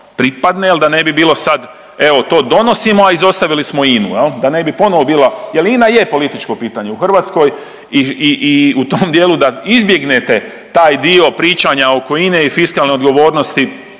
pripadne jel da ne bi bilo sad evo to donosimo, a izostavili smo INA-u jel, da ne bi ponovo bilo, jel INA je političko pitanje u Hrvatskoj i, i, i u tom dijelu da izbjegnete taj dio pričanja oko INA-e i fiskalne odgovornosti